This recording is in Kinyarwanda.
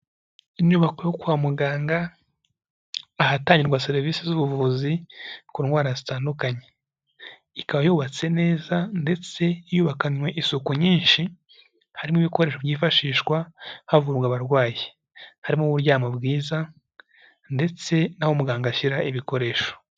Inyubako yo kwa muganga ahatangirwa serivisi z'ubuvuzi ku ndwara zitandukanye. Ikaba yubatse neza ndetse yubakanywe isuku nyinshi, harimo ibikoresho byifashishwa havurwa abarwayi. Harimo uburyamo bwiza ndetse n'aho muganga ashyira ibikoresho.